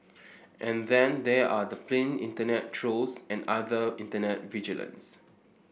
and then there are the plain internet trolls and other internet vigilantes